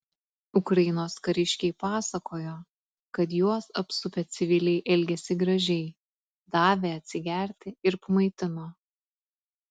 ukrainos kariškiai pasakojo kad juos apsupę civiliai elgėsi gražiai davė atsigerti ir pamaitino